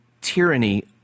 tyranny